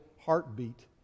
heartbeat